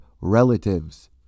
relatives